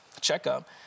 checkup